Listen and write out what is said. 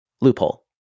loophole